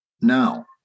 now